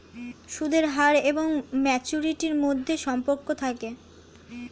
সুদের হার এবং ম্যাচুরিটির মধ্যে সম্পর্ক থাকে